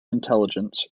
intelligence